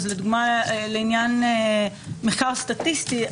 אז לדוגמא לעניין מחקר סטטיסטי,